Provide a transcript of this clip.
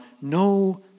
no